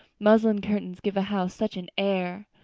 muslin curtains give a house such an air.